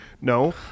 No